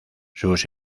sus